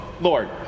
Lord